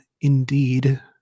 indeed